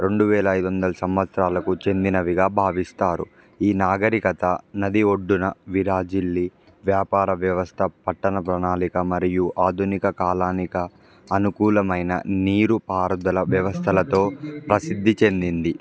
రెండు వేల ఐదొందల సంవత్సరాలకు చెందినవిగా భావిస్తారు ఈ నాగరికత నది ఒడ్డున విరాజిల్లి వ్యాపార వ్యవస్థ పట్టణ ప్రణాళిక మరియు ఆధునిక కాలానికి అనుకూలమైన నీరుపారుదల వ్యవస్థలతో ప్రసిద్ధి చెందింది